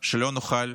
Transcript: שלא נוכל,